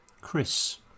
Chris